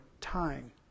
time